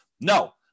no